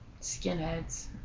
skinheads